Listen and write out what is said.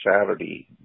Saturday